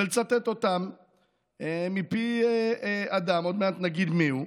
ולצטט אותם מפי אדם, עוד מעט נגיד מיהו,